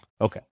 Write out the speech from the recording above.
Okay